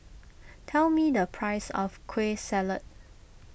tell me the price of Kueh Salat